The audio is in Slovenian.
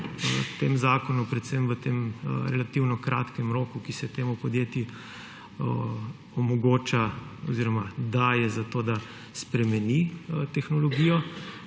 v tem zakonu težavo predvsem v tem relativno kratkem roku, ki se temu podjetju omogoča oziroma daje za to, da spremeni tehnologijo,